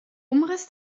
umriss